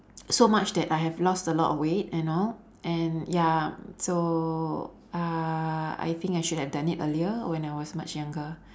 so much that I have lost a lot of weight you know and ya so uh I think I should have done it earlier when I was much younger